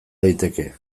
daiteke